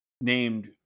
named